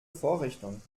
vorrichtung